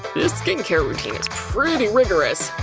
this skincare routine is pretty rigorous.